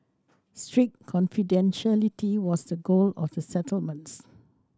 strict confidentiality was the goal of the settlements